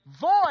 voice